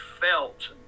felt